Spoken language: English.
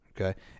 okay